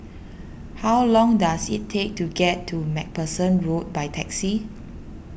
how long does it take to get to MacPherson Road by taxi